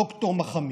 ד"ר מחאמיד,